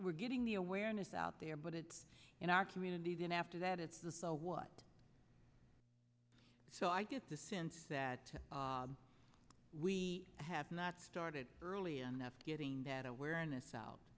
we're getting the awareness out there but it's in our community then after that it's the so what so i get the sense that we have not started early enough getting that awareness out